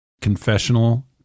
confessional